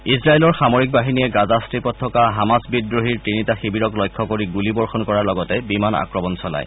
ইজৰাইলৰ সামৰিক বাহিনীয়ে গাজা ষ্ট্ৰীপত থকা হামাছ বিদ্ৰোহীৰ তিনিটা শিবিৰক লক্ষ্য কৰি গুলী বৰ্ষণ কৰাৰ লগতে বিমান আক্ৰমণ চলায়